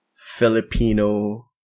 filipino